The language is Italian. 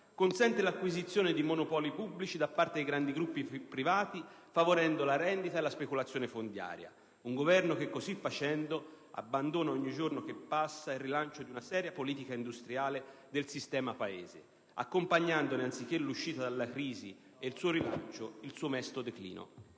consente l'acquisizione di monopoli pubblici da parte di grandi gruppi privati, favorendo la rendita e la speculazione fondiaria. Un Governo che, così facendo, abbandona, ogni giorno che passa, il rilancio di una seria politica industriale del sistema Paese, accompagnandone, anziché l'uscita dalla crisi e il suo rilancio, il suo mesto declino.